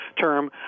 term